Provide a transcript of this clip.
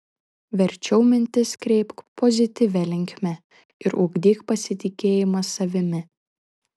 verčiau mintis kreipk pozityvia linkme ir ugdyk pasitikėjimą savimi